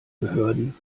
behörden